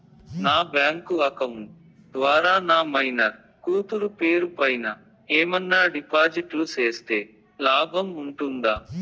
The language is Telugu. నా బ్యాంకు అకౌంట్ ద్వారా నా మైనర్ కూతురు పేరు పైన ఏమన్నా డిపాజిట్లు సేస్తే లాభం ఉంటుందా?